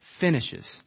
finishes